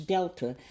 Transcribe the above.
Delta